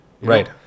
right